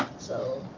so.